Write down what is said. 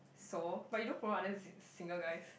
so but you don't promote other s~ single guys